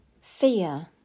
fear